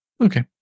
Okay